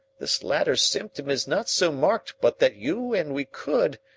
this latter symptom is not so marked but that you and we could,